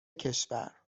کشور